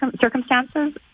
circumstances